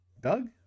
Doug